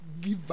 Give